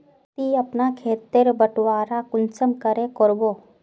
ती अपना खेत तेर बटवारा कुंसम करे करबो?